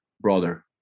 brother